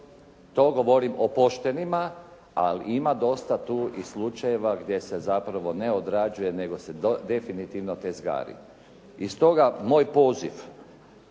To govorim o poštenima, ali ima dosta tu i slučajeva gdje se zapravo ne odrađuje, nego se definitivno tezgari. I stoga moj poziv